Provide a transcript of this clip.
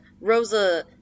Rosa